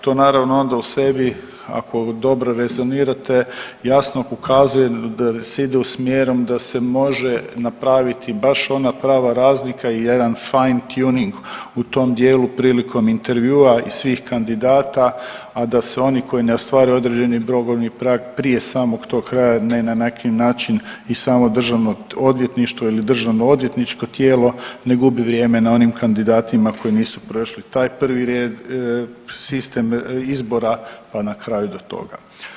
To naravno onda u sebi ako dobro rezonirate jasno pokazuje da se ide smjerom da se može napraviti baš ona prava razlika i jedan … u tom dijelu prilikom intervjua i svih kandidata, a da se oni koji ne ostvaruju određeni … prag prije samog tog kraja na neki način i samo državno odvjetništvo ili državno odvjetničko tijelo ne gubi vrijeme na onim kandidatima koji nisu prošli taj prvi sistem izbora pa na kraju do toga.